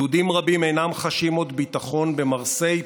יהודים רבים אינם חשים עוד ביטחון במרסיי,